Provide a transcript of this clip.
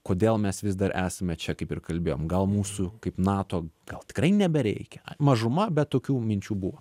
kodėl mes vis dar esame čia kaip ir kalbėjom gal mūsų kaip nato gal tikrai nebereikia mažuma bet tokių minčių buvo